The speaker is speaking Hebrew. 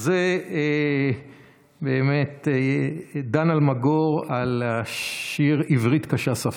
אז זה באמת דן אלמגור, השיר "עברית קשה שפה".